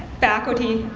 faculty,